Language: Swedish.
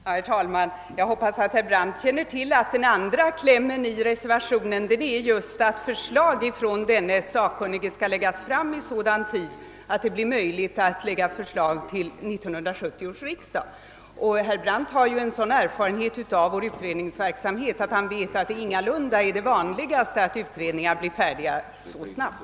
Herr talman! Herr Brandt känner väl ändå till att andra ledet i reservationens kläm just innehåller kravet att den sakkunniges förslag skall läggas fram i sådan tid att proposition i ämnet kan föreläggas 1970 års vårriksdag, och herr Brandt bör ha sådan erfarenhet av vårt utredningsväsende att han vet, att det ingalunda är vanligt att utredningar blir färdiga med sitt arbete så snabbt.